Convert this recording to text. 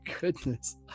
goodness